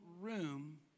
room